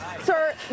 Sir